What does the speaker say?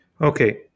Okay